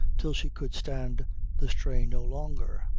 till she could stand the strain no longer,